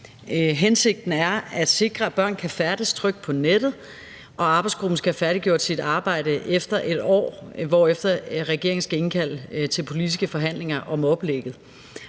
Hensigten er at sikre, at børn kan færdes trygt på nettet, og arbejdsgruppen skal have færdiggjort sit arbejde efter et år, hvorefter regeringen skal indkalde til politiske forhandlinger om oplægget.